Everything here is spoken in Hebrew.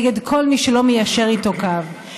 נגד כל מי שלא מיישר איתו קו.